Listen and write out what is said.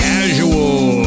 Casual